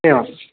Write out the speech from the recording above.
एवम्